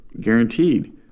guaranteed